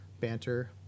banter